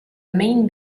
main